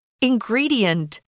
Ingredient